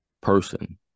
person